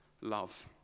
love